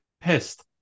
pissed